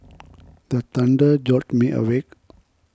the thunder jolt me awake